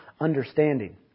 understanding